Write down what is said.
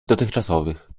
dotychczasowych